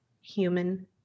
human